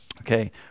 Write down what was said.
Okay